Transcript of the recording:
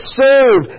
serve